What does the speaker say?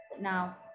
Now